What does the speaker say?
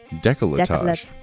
Decolletage